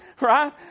Right